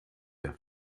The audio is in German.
der